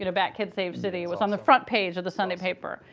you know batkid saves city. it was on the front page of the sunday paper.